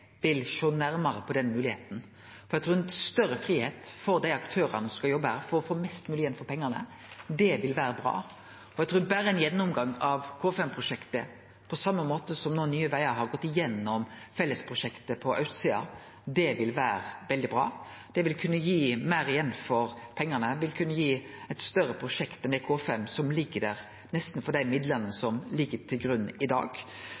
vil sjå nærmare på den moglegheita, for eg trur at større fridom for dei aktørane som skal jobbe her, for å få mest mogeleg igjen for pengane, vil vere bra. For eg trur at berre ei gjennomgang av K5-prosjektet, på same måte som når Nye Vegar har gått gjennom fellesprosjektet på austsida, vil vere veldig bra. Det vil kunne gi meir igjen for pengane, vil kunne gi eit større prosjekt enn det K5 som ligg der, nesten for dei midlane som ligg til grunn i dag,